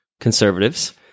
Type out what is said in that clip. conservatives